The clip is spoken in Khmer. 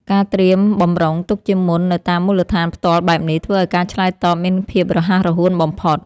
ការត្រៀមបម្រុងទុកជាមុននៅតាមមូលដ្ឋានផ្ទាល់បែបនេះ ធ្វើឱ្យការឆ្លើយតបមានភាពរហ័សរហួនបំផុត។